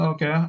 Okay